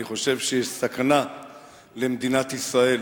אני חושב שיש סכנה למדינת ישראל